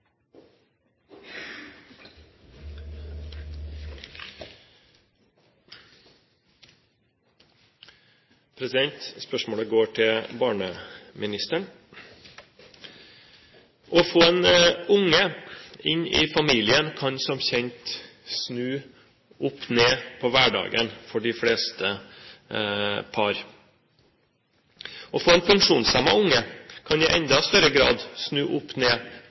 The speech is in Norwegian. Spørsmålet går til barneministeren. Å få en unge inn i familien kan som kjent snu opp ned på hverdagen for de fleste par. Å få en funksjonshemmet unge kan i enda større grad snu opp ned